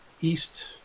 east